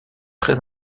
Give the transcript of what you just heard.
très